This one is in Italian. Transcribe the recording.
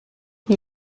gli